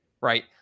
right